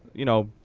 you know,